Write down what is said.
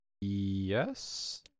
Yes